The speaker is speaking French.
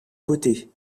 côté